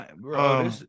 Bro